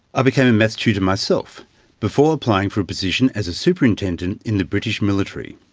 i became a maths tutor myself before applying for a position as a superintendent in the british military.